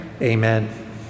amen